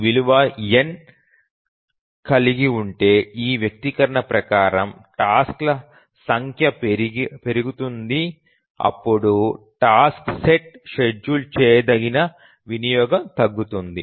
ఈ విలువ n కలిగి ఉంటే ఈ వ్యక్తీకరణ ప్రకారం టాస్క్ల సంఖ్య పెరుగుతుంది అప్పుడు టాస్క్ సెట్ షెడ్యూల్ చేయదగిన వినియోగం తగ్గుతుంది